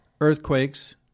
earthquakes